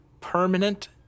permanent